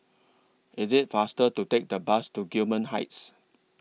IS IT faster to Take The Bus to Gillman Heights